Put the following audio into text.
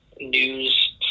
news